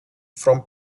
from